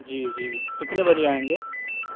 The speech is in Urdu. جی جی کتنے بجے آئیں گے